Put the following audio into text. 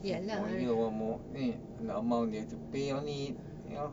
one more year one more the amount you have to pay on it ya